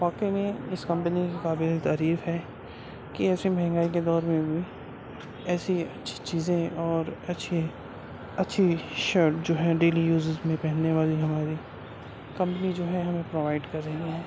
واقعی میں اس کمپنی قابل تعریف ہے کہ ایسی مہنگائی کے دور میں بھی ایسی اچھی چیزیں اور اچھی اچھی شرٹ جو ہے ڈیلی یوزیز میں پہننے والی ہماری کمپنی جو ہے ہمیں پروائیڈ کر رہی ہے